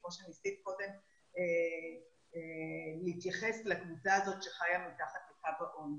כמו שניסית קודם להתייחס לקבוצה הזאת שחיה מתחת לקו העוני.